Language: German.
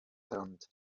brand